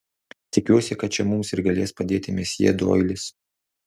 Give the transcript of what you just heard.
tikiuosi kad čia mums ir galės padėti mesjė doilis